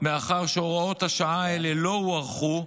מאחר שהוראות השעה האלה לא הוארכו,